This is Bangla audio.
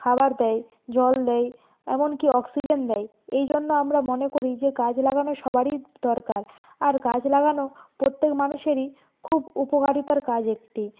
খাবার দেয় জল দেয় এমনকি অক্সিজেন দেয় এই জন্য আমরা মনে করি যে গাছ লাগানো সবারই দরকার আর গাছ লাগানো প্রত্যেক মানুষেরই খুব উপকারিতার কাজ একটি